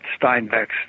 Steinbeck's